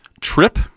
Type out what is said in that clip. Trip